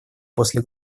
после